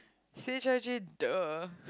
c_h_i_j the